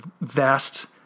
vast